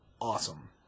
awesome